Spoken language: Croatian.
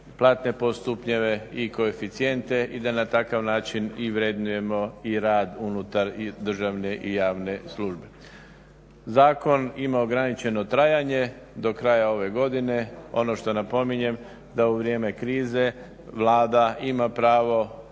platne pod stupnjeve i koeficijente i da na takav način i vrednujemo i rad unutar državne i javne službe. Zakon ima ograničeno trajanje, do kraja ove godine ono što napominjem da u vrijeme krize Vlada ima pravo